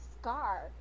scar